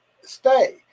stay